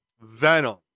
Venom